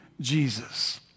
Jesus